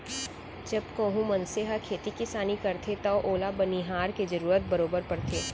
जब कोहूं मनसे ह खेती किसानी करथे तव ओला बनिहार के जरूरत बरोबर परथे